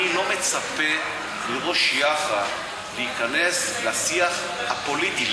אני לא מצפה מראש יאח"ה להיכנס לשיח הפוליטי.